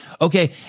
Okay